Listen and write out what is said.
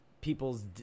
people's